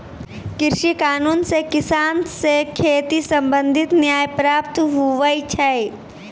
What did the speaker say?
कृषि कानून से किसान से खेती संबंधित न्याय प्राप्त हुवै छै